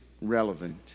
relevant